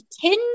Tins